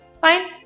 Fine